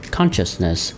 Consciousness